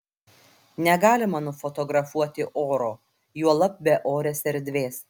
negalima nufotografuoti oro juolab beorės erdvės